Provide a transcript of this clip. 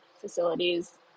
facilities